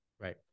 Right